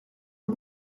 are